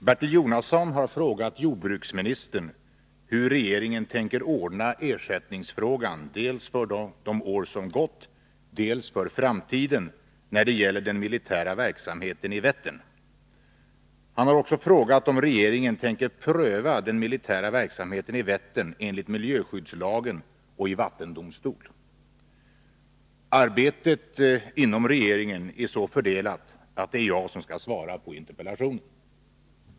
Herr talman! Bertil Jonasson har frågat jordbruksministern hur regeringen tänker ordna ersättningsfrågan dels för de år som gått, dels för framtiden när det gäller den militära verksamheten i Vättern. Han har också frågat om regeringen tänker pröva den militära verksamheten i Vättern enligt miljöskyddslagen och i vattendomstol. Arbetet inom regeringen är så fördelat att det är jag som skall svara på interpellationen.